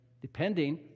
depending